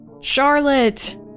Charlotte